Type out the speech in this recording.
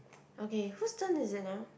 okay who's turn is it now